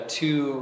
two